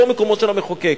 פה מקומו של המחוקק,